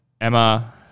Emma